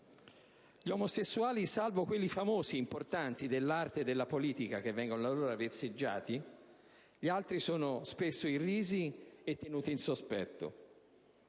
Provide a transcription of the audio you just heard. Gli omosessuali, salvo quelli famosi, importanti, dell'arte e della politica, che vengono allora vezzeggiati, sono spesso irrisi e tenuti in sospetto.